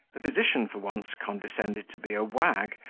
the physician for once condescended to be a wag,